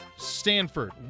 Stanford